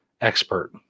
expert